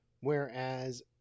whereas